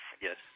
Yes